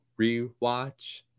rewatch